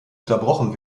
unterbrochen